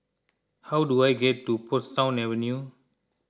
how do I get to Portsdown Avenue